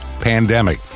pandemic